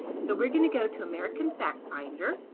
so we're going to go to american factfinder,